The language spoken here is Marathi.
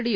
डी